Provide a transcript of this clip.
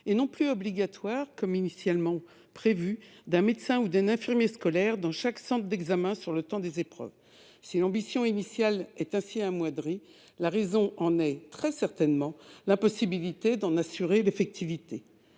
et non plus obligatoire, comme cela était initialement prévu, d'un médecin ou d'un infirmier scolaire dans chaque centre d'examen durant les épreuves. Si l'ambition initiale est assez amoindrie, la raison en est très certainement l'impossibilité d'assurer l'effectivité